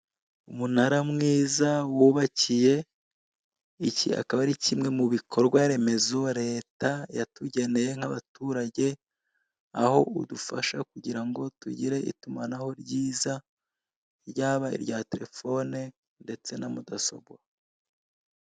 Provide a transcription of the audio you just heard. Umunaara mwiza wubakiye, iki akaba ari kimwe mu bikorwa remezo leta yatugeneye nk'abaturage, aho udufasha kugira ngo tugire itumanaho ryiza, ryaba irya telefone ndetse na mudasobwa.